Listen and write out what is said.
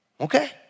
Okay